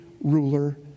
ruler